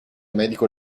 medico